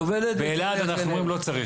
באלעד אנחנו אומרים לא צריך,